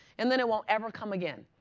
and then it won't ever come again.